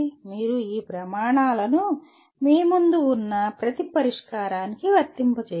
మీరు ఈ ప్రమాణాలను మీ ముందు ఉన్న ప్రతి పరిష్కారానికి వర్తింపజేయాలి